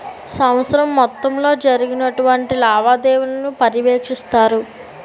సంవత్సరం మొత్తంలో జరిగినటువంటి లావాదేవీలను పర్యవేక్షిస్తారు